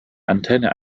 antennen